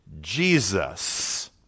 Jesus